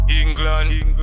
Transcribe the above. England